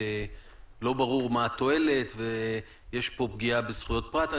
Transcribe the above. לא ברור מה התועלת ויש פה פגיעה בזכויות פרט.